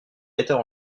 metteur